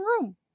room